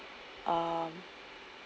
um